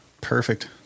Perfect